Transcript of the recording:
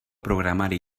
programari